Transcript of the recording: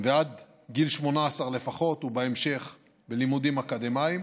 ועד גיל 18 לפחות, ובהמשך בלימודים אקדמיים,